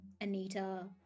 Anita